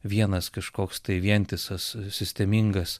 vienas kažkoks tai vientisas sistemingas